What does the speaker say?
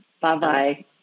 Bye-bye